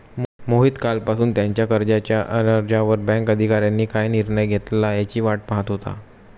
मोहित कालपासून त्याच्या कर्जाच्या अर्जावर बँक अधिकाऱ्यांनी काय निर्णय घेतला याची वाट पाहत होता